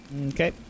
okay